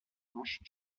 blanche